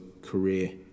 career